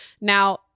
Now